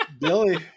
Billy